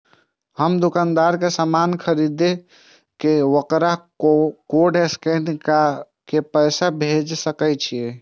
हम दुकानदार के समान खरीद के वकरा कोड स्कैन काय के पैसा भेज सके छिए?